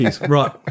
Right